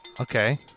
Okay